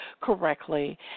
correctly